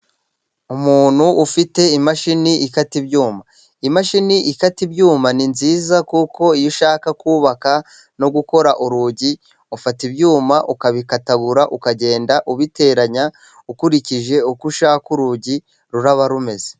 Umuntu ufite imashini ikata ibyuma. Imashini ikata ibyuma ni nziza kuko iyo ushaka kubaka no gukora urugi, ufata ibyuma ukabikatagura, ukagenda ubiteranya ukurikije uko ushaka ko urugi ruraba rumeze.